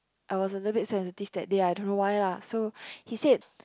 I was a little bit sensitive that day I don't know why lah so he said